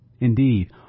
Indeed